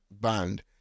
banned